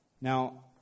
Now